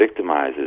victimizes